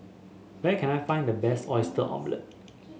where can I find the best Oyster Omelette